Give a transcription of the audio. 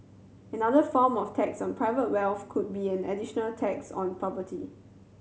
another form of tax on private wealth could be an additional tax on property